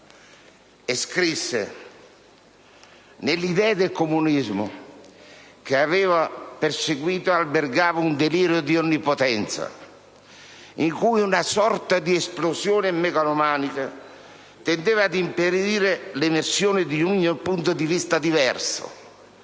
scrisse: «(...) nell'idea di comunismo che avevo perseguito si manifestava un delirio di onnipotenza in cui una sorta di esplosione megalomanica tendeva ad impedire l'emersione di ogni punto di vista diverso».